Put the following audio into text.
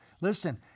Listen